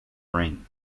ring